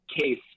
case